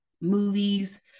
movies